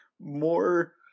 more